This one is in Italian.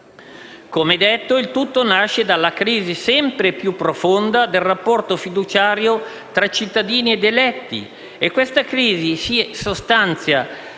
Come detto, il tutto nasce dalla crisi sempre più profonda del rapporto fiduciario tra cittadini ed eletti, e questa crisi si sostanzia